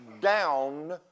down